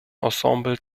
ensembles